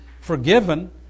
forgiven